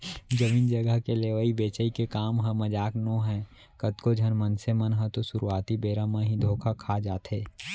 जमीन जघा के लेवई बेचई के काम ह मजाक नोहय कतको झन मनसे मन ह तो सुरुवाती बेरा म ही धोखा खा जाथे